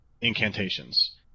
incantations